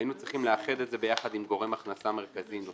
היינו צריכים לאחד את זה יחד עם גורם הכנסה נוסף